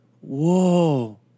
Whoa